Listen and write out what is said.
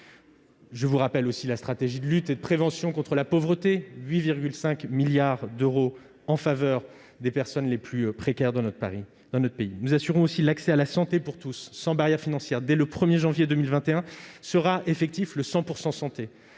Je vous rappelle aussi que la stratégie nationale de prévention et de lutte contre la pauvreté consacre 8,5 milliards d'euros en faveur des personnes les plus précaires dans notre pays. Nous assurons aussi l'accès à la santé pour tous, sans barrière financière : dès le 1 janvier 2021, sera effectif le dispositif